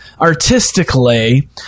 artistically